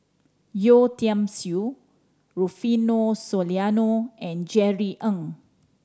Yeo Tiam Siew Rufino Soliano and Jerry Ng